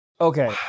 okay